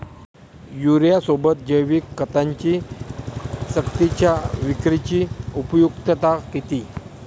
युरियासोबत जैविक खतांची सक्तीच्या विक्रीची उपयुक्तता किती?